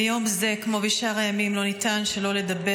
ביום זה כמו בשאר הימים לא ניתן שלא לדבר